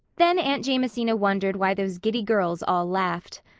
then aunt jamesina wondered why those giddy girls all laughed.